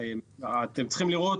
אתם צריכים לראות,